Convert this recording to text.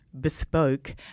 bespoke